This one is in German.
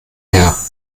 her